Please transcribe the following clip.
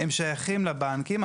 הם שייכים לבנקים.